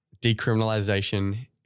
decriminalization